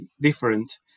different